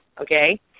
okay